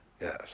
Yes